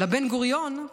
אלא בן-גוריון,